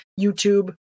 YouTube